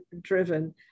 driven